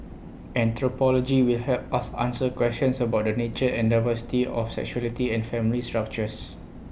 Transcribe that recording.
anthropology will help us answer questions about the nature and diversity of sexuality and family structures